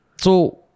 So-